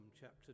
chapter